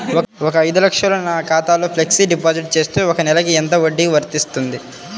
ఒక ఐదు లక్షలు నా ఖాతాలో ఫ్లెక్సీ డిపాజిట్ చేస్తే ఒక నెలకి ఎంత వడ్డీ వర్తిస్తుంది?